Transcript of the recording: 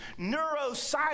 neuroscience